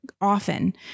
often